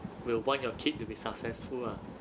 will want your kid to be successful ah